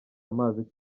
amazi